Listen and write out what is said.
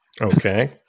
okay